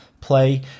play